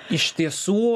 iš tiesų